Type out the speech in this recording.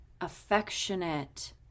affectionate